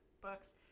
books